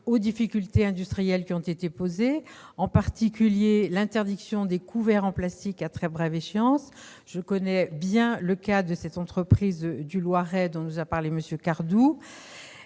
aux difficultés industrielles qu'entraîne, en particulier, l'interdiction des couverts en plastique à très brève échéance. Je connais bien le cas de cette entreprise du Loiret dont nous a parlé M. Cardoux.